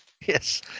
Yes